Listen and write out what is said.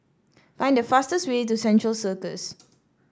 find the fastest way to Central Circus